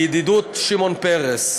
בידידות, שמעון פרס.